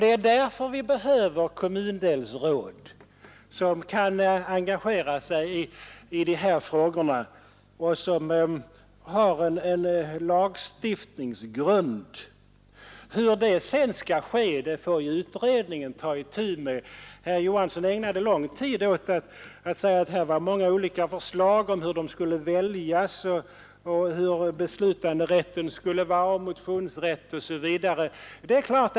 Det är därför vi behöver kommundelsråd som kan engagera sig i de här frågorna och som har en lagstiftningsgrund. Hur det sedan skall ske får utredningen ta ställning till. Herr Johansson ägnade lång tid åt att säga att det fanns många olika förslag om hur de skulle väljas, hur motionsrätt och beslutanderätt skulle vara osv.